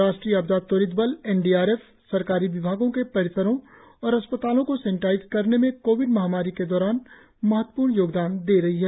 राष्ट्रीय आपदा त्वरित बल एन डी आर एफ सरकारी विभागों के परिसरों और अस्पतालों को सेनेटाइज करने में कोविड महामारी के दौरान महत्वपूर्ण योगदान दे रहा है